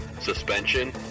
suspension